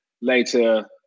later